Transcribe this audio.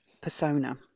persona